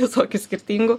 visokių skirtingų